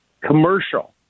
commercial